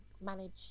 manage